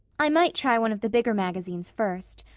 i might try one of the bigger magazines first.